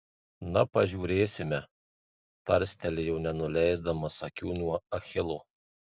na pažiūrėsime tarstelėjo nenuleisdamas akių nuo achilo